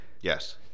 Yes